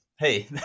Hey